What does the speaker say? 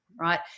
right